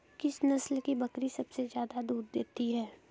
किस नस्ल की बकरी सबसे ज्यादा दूध देती है?